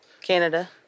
Canada